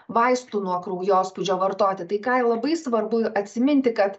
vaistų nuo kraujospūdžio vartoti tai ką ir labai svarbu atsiminti kad